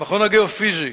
המכון הגיאו-פיזי